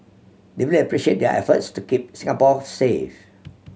deeply appreciate their efforts to keep Singapore safe